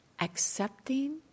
accepting